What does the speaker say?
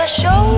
show